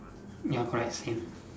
ya correct same